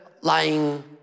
lying